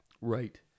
Right